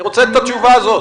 אני רוצה את התשובה הזאת.